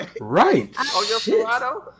Right